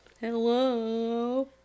hello